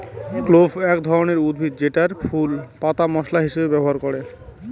clove এক ধরনের উদ্ভিদ যেটার ফুল, পাতা মশলা হিসেবে ব্যবহার করে